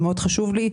זה מאוד חשוב לי.